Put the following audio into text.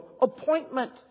appointment